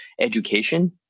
education